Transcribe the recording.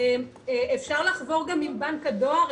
אפשר לחבור גם עם בנק הדואר,